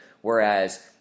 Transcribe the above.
whereas